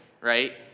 right